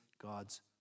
God's